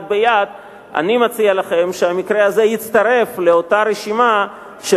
אני מציע לכם שהמקרה הזה יצטרף לאותה רשימה של